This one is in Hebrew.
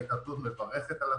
ההתאחדות מברכת על התוכנית,